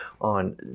on